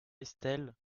estelle